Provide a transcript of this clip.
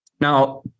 Now